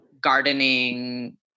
gardening